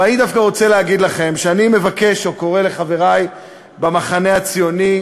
אבל אני דווקא רוצה להגיד לכם שאני מבקש או קורא לחברי במחנה הציוני: